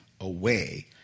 away